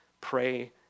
Pray